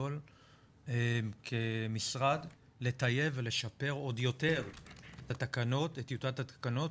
גדול כמשרד לטייב ולשפר עוד יותר את טיוטת התקנות